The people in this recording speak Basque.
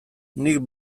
nik